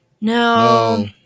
No